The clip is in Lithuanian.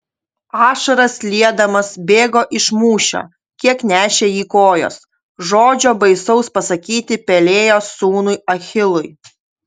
ašaras liedamas bėgo iš mūšio kiek nešė jį kojos žodžio baisaus pasakyti pelėjo sūnui achilui